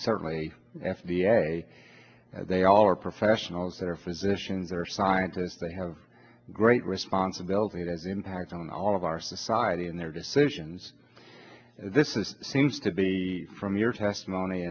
certainly f e m a they all are professionals that are physicians are scientists they have great responsibility as impact on all of our society and their decisions this is seems to be from your testimony